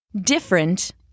Different